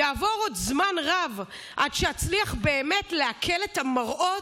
יעבור עוד זמן רב שעד אצליח באמת לעכל את המראות,